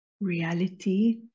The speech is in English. reality